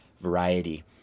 variety